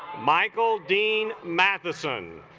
michael dean matheson